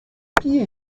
piv